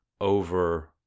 over